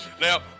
Now